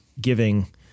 giving